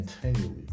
continually